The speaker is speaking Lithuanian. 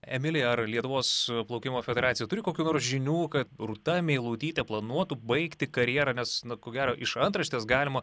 emilija ar lietuvos plaukimo federacija turi kokių nors žinių kad rūta meilutytė planuotų baigti karjerą nes na ko gero iš antraštės galima